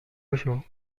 ashore